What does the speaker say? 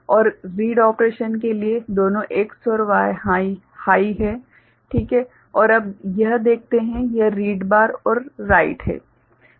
और रीड ऑपरेशनके लिए दोनों X और Y हाइ है ठीक हैं और अब यह देखते हैं यह रीड बार और राइट है